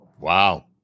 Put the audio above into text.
wow